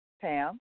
Pam